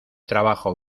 trabajo